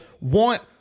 want